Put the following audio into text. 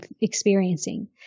experiencing